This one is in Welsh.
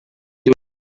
dyw